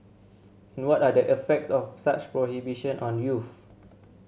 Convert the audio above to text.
and what are effects of such prohibition on youths